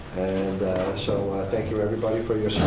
and so thank you, everybody, for your so